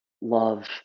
love